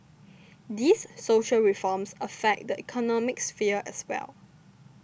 these social reforms affect the economic sphere as well